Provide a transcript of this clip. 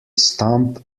stump